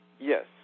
Yes